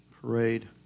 parade